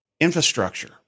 Infrastructure